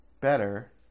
better